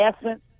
essence